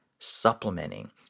supplementing